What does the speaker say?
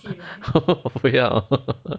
我不要